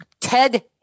Ted